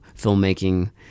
filmmaking